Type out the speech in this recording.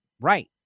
Right